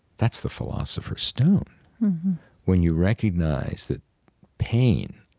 that's the philosopher's stone when you recognize that pain